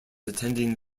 attending